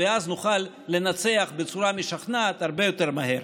ואז נוכל לנצח בצורה משכנעת הרבה יותר מהר.